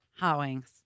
Howings